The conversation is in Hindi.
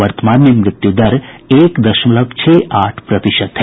वर्तमान में मृत्यू दर एक दशमलव छह आठ प्रतिशत पर है